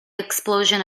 explosion